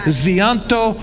zianto